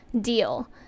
deal